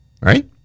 right